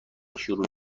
شروع